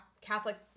Catholic